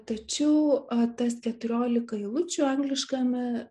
tačiau tas keturiolika eilučių angliškame